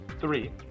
Three